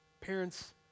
Parents